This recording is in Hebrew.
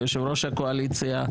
כיושב-ראש הקואליציה,